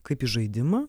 kaip į žaidimą